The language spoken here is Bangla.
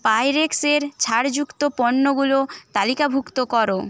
পাইরেক্সের ছাড় যুক্ত পণ্যগুলো তালিকাভুক্ত করো